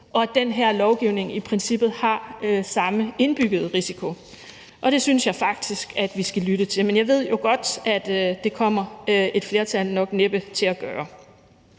og at den her lovgivning i princippet har samme indbyggede risiko. Og det synes jeg faktisk at vi skal lytte til, men jeg ved jo godt, at det kommer et flertal nok næppe til at gøre.